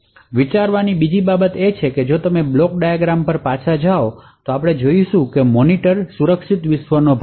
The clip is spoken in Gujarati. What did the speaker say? વિચારવાની બીજી બાબત એ છે કે જો તમે બ્લોક ડાયાગ્રામ પર પાછા જાઓ છો તો આપણે જોશું કે મોનિટરસુરક્ષિત વિશ્વનો ભાગ છે